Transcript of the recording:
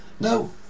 No